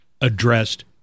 addressed